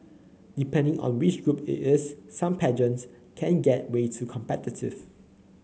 depending on which group it is some pageants can get way to competitive